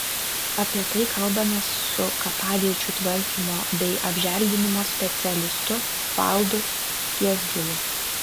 apie tai kalbamės su kapaviečių tvarkymo bei apželdinimo specialistu valdu skiesgilu